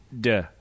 Duh